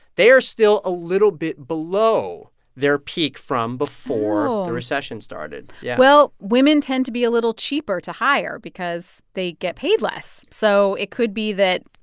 they are still a little bit below their peak from. oh. before the recession started. yeah well, women tend to be a little cheaper to hire because they get paid less. so it could be that,